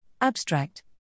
Abstract